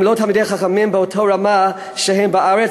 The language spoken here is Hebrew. הם לא תלמידי חכמים באותה רמה של אלה בארץ,